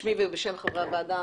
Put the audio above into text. בשמי ובשם חברי הוועדה,